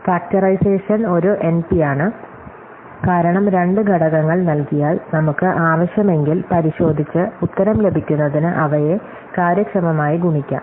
factorisation ഒരു എൻപിയാണ് കാരണം രണ്ട് ഘടകങ്ങൾ നൽകിയാൽ നമുക്ക് ആവശ്യമെങ്കിൽ പരിശോധിച്ച് ഉത്തരം ലഭിക്കുന്നതിന് അവയെ കാര്യക്ഷമമായി ഗുണിക്കാം